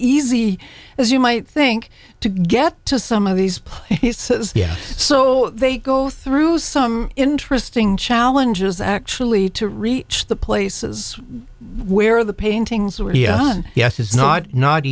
easy as you might think to get to some of these poor he says yeah so they go through some interesting challenges actually to reach the places where the paintings were young yes it's not not